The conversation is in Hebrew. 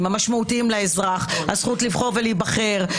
מירב.